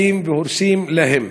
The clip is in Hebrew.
באים והורסים להם.